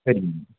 சரிங்க